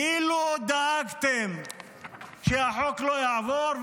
כאילו דאגתם שהחוק לא יעבור,